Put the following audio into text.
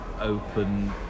open